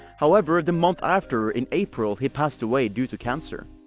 however, the month after, in april, he passed away due to cancer.